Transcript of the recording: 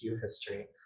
history